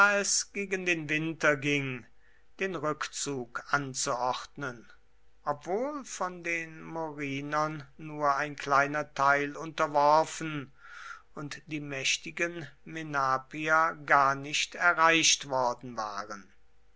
gegen den winter ging den rückzug anzuordnen obwohl von den morinern nur ein kleiner teil unterworfen und die mächtigen menapier gar nicht erreicht worden waren